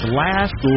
last